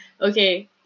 okay